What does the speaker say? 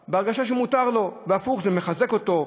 אלא שמותר לו, והפוך, זה מחזק אותו.